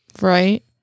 Right